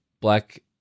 black